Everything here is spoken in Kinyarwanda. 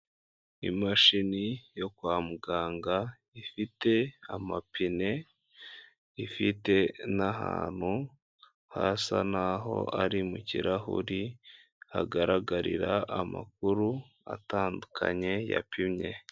Imashini yo kwa muganga ifite amapine, ifite n'ahantu hasa n'aho ari mu kirahuri hagaragarira amakuru atandukanye yapimye.